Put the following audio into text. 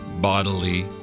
bodily